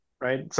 right